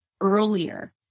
earlier